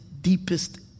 deepest